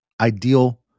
ideal